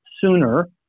sooner